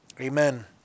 Amen